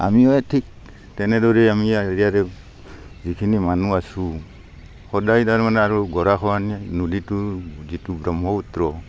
আমিও ঠিক তেনেদৰে আমি ইয়াৰে যিখিনি মানুহ আছো সদাই তাৰমানে আৰু গৰখহনীয়াই নদীটো যিটো ব্ৰহ্মপুত্ৰ